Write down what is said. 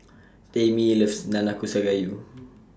Tamie loves Nanakusa Gayu